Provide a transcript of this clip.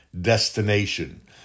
destination